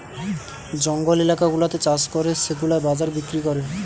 জঙ্গল এলাকা গুলাতে চাষ করে সেগুলা বাজারে বিক্রি করে